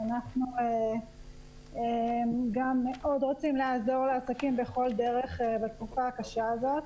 אנחנו גם מאוד רוצים לעזור לעסקים בכל דרך בתקופה הקשה הזאת.